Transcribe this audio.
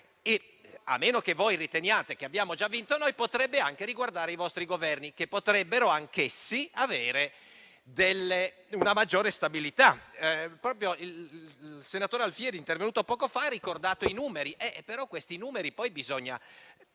a meno che voi riteniate che abbiamo già vinto noi, potrebbe anche riguardare i vostri Governi, che potrebbero anch'essi avere una maggiore stabilità. Il senatore Alfieri, intervenuto poco fa, ha ricordato i numeri, ma da questi numeri poi bisogna